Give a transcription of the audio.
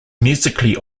musically